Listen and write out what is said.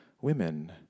women